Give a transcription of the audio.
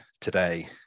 today